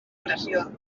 pressió